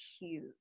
huge